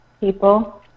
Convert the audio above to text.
people